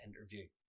interview